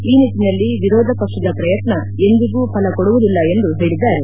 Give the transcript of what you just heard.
ಈ ನಿಟ್ಟಿನಲ್ಲಿ ವಿರೋಧ ಪಕ್ಷದ ಪ್ರಯತ್ನ ಎಂದಿಗೂ ಫಲಕೊಡುವುದಿಲ್ಲ ಎಂದು ಹೇಳಿದ್ದಾರೆ